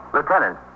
Lieutenant